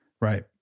Right